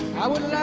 i would